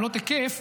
עמלות היקף.